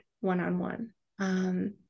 one-on-one